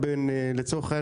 בין לצורך העניין,